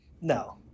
No